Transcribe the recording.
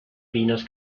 pinos